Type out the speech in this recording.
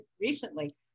recently